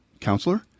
counselor